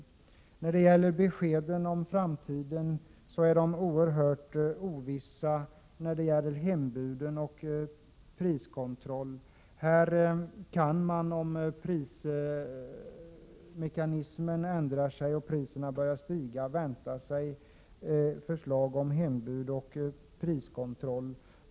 Beskeden om hembud och priskontroll i framtiden är oerhört ovissa. I detta sammanhang kan man, om priserna börjar stiga, vänta sig förslag om hembud och priskontroll.